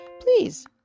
please